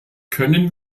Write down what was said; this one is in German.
können